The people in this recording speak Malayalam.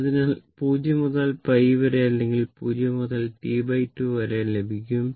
അതിനാൽ 0 മുതൽ π വരെ അല്ലെങ്കിൽ 0 വരെ T 2 വരെ ഇവിടെ ലഭിക്കും